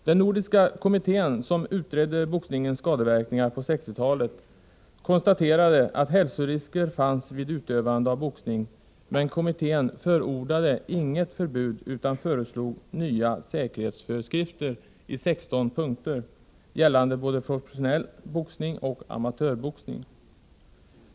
Den nordiska kommittén som utredde boxningens skadeverkningar på 1960-talet konstaterade att hälsorisker fanns vid utövande av boxning, men kommittén förordade inget förbud utan föreslog nya säkerhetsföreskrifter i 16 punkter gällande både professionell boxning och amatörboxning.